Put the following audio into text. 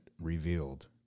revealed